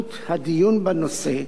חשיבות הדיון בנושא,